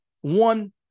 One